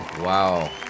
Wow